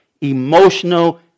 emotional